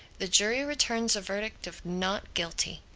the jury returns a verdict of not guilty.